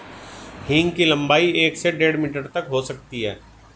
हींग की लंबाई एक से डेढ़ मीटर तक हो सकती है